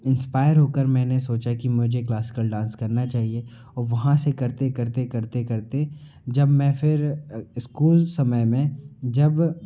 inspire होकर मैंने सोचा कि मुजे क्लासिकल डांस करना चाहिए औ वहाँ से करते करते करते करते जब मैं फिर इस्कूल समय में जब